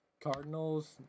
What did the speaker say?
Cardinals